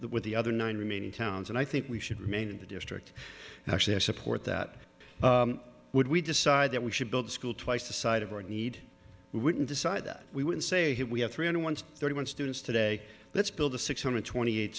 with the other nine remaining towns and i think we should remain in the district actually i support that would we decide that we should build the school twice the side of our need wouldn't decide that we would say here we have three hundred thirty one students today let's build a six hundred twenty eight